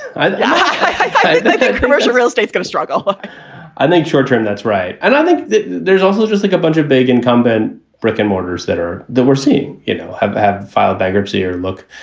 commercial real estate going to struggle i think short term, that's right. and i think there's also just like a bunch of big incumbent brick and mortars that are there. we're seeing, you know, have have filed bankruptcy or look,